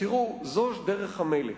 תראו, זאת דרך המלך.